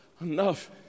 Enough